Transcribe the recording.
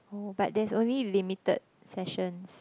oh but there's only limited sessions